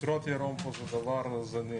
איוש משרות פה, ירום, זה דבר זניח.